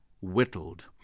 whittled